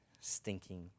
stinking